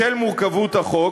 בשל מורכבות החוק,